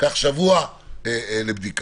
קח שבוע לבדיקה